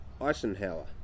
Eisenhower